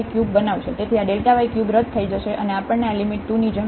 તેથી આ yક્યુબ રદ થઈ જશે અને આપણને આ લિમિટ 2 ની જેમ મળી જશે